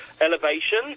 elevation